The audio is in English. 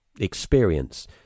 experience